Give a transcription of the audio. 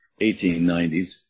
1890s